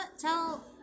tell